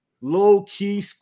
low-key